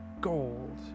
gold